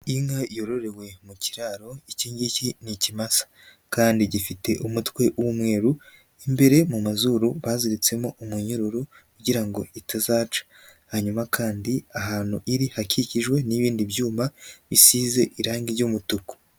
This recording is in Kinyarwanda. Inka yororewe mu kiraro iki ngiki ni ikimasa kandi gifite umutwe w'umweru imbere mu mazuru baziritsemo umunyururu kugira ngo itazaca, hanyuma kandi ahantu iri hakikijwe n'ibindi byuma bisize irangi ry'umutuku.